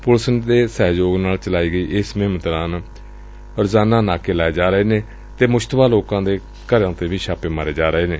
police ਦੇ ਸਹਿਯੋਗ ਨਾਲ ਚਲਾਈ ਗਈ ਇਸ ਮੁਹਿਮ ਤਹਿਤ ਰੋਜ਼ਾਨਾ ਨਾਕੇ ਲਗਾਏ ਜਾ ਰਹੇ ਨੇ ਅਤੇ ਮੁਸ਼ਤਬਾ ਲੋਕਾਂ ਦੇ ਘਰਾਂ ਚ ਵੀ ਛਾਪੇ ਮਾਰੇ ਜਾ ਰਹੇ ਨੇ